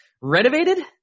renovated